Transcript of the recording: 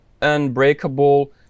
unbreakable